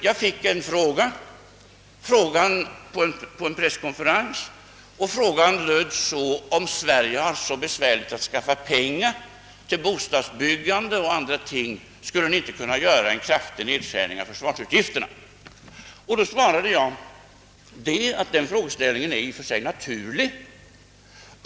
Jag tillfrågades vid en presskonferens om Sverige, som har så besvärligt att skaffa pengar till bostadsbyggande och annat inte skulle kunna företa en kraftig nedskärning av försvarsutgifterna. Jag svarade att denna frågeställning i och för sig är naturlig.